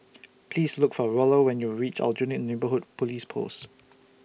Please Look For Rollo when YOU REACH Aljunied Neighbourhood Police Post